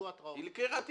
הם לקראת עיקול.